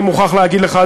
אני מוכרח להגיד לך,